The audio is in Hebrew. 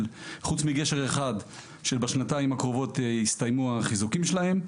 חוץ מגשר אחד שבשנתיים הקרובות יסתיימו החיזוקים שלהם.